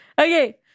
Okay